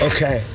Okay